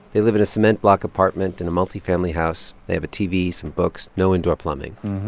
they live in a cement-block apartment in a multifamily house. they have a tv, some books, no indoor plumbing.